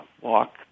walk